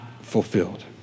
fulfilled